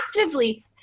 actively